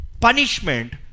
punishment